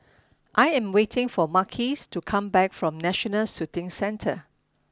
I am waiting for Marques to come back from National Shooting Centre